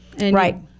Right